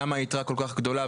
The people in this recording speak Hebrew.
למה היתרה כל כך גדולה,